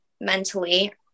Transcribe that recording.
mentally